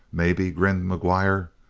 maybe, grinned mcguire,